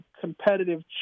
competitive